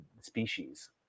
species